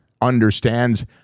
understands